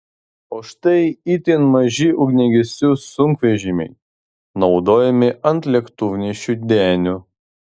o štai itin maži ugniagesių sunkvežimiai naudojami ant lėktuvnešių denių